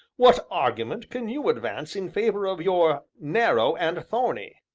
what argument can you advance in favor of your narrow and thorny?